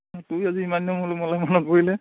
তই আজি ইমান দিন হ'ল মোলৈ মনত পৰিলে